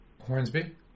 Hornsby